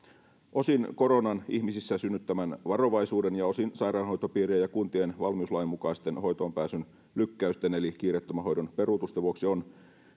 osin koronan ihmisissä synnyttämän varovaisuuden ja osin sairaanhoitopiirien ja kuntien valmiuslain mukaisten hoitoonpääsyn lykkäysten eli kiireettömän hoidon peruutusten vuoksi on